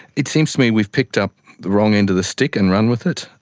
it seems to me we've picked up the wrong end of the stick and run with it.